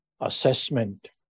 assessment